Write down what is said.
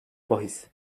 bahis